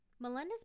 Melinda's